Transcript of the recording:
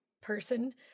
person